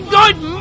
good